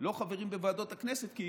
לא חברים בוועדות הכנסת, כי